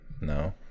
No